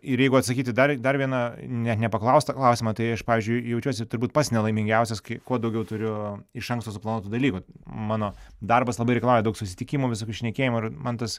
ir jeigu atsakyti dar dar vieną net nepaklaustą klausimą tai aš pavyzdžiui jaučiuosi turbūt pats nelaimingiausias kai kuo daugiau turiu iš anksto suplanuotų dalykų mano darbas labai reikalauja daug susitikimų visokių šnekėjimų ir man tas